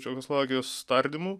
čekoslovakijos tardymų